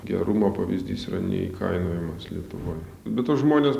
gerumo pavyzdys yra neįkainojamas lietuvoje be to žmonės